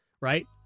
right